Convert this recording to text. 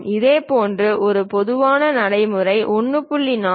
இதுபோன்ற ஒரு பொதுவான நடைமுறை 1